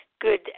good